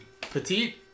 Petite